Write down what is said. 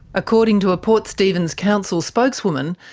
according to a port stephens council spokeswoman,